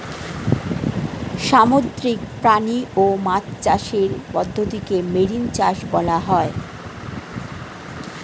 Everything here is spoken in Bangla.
সামুদ্রিক প্রাণী ও মাছ চাষের পদ্ধতিকে মেরিন চাষ বলা হয়